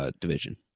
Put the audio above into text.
Division